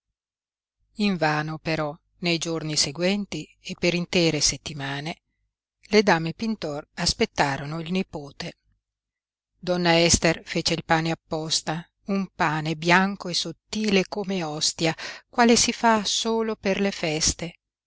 invano però nei giorni seguenti e per intere settimane le dame pintor aspettarono il nipote donna ester fece il pane apposta un pane bianco e sottile come ostia quale si fa solo per le feste